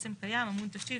"עצם קיים" עמוד תשתית,